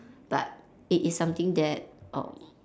but it is something that um